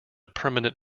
permanent